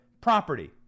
property